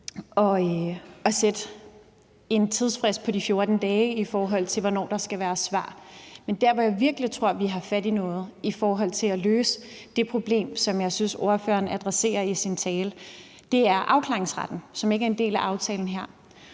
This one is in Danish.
at sætte en tidsfrist på de 14 dage, i forhold til hvornår der skal komme svar. Men der, hvor jeg virkelig tror, at vi har fat i noget i forhold til at løse det problem, som jeg synes ordføreren adresserer i sin tale, er i forhold til afklaringsretten, som ikke er en del af aftalen her.